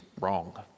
wrong